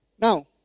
Now